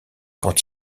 quand